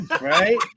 Right